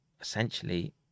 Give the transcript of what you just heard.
essentially